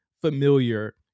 familiar